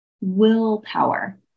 willpower